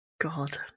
God